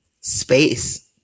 space